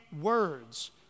words